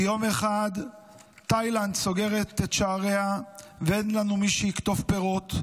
כי יום אחד תאילנד סוגרת את שעריה ואין לנו מי שיקטוף פירות,